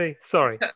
Sorry